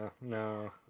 no